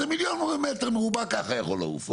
אז זה מיליון מטר מרובע ככה יכול לעוף,